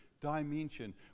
dimension